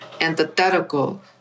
antithetical